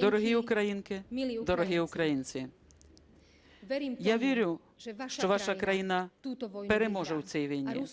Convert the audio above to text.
Дорогі українки, дорогі українці! Я вірю, що ваша країна переможе у цій війні,